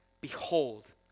Behold